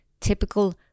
typical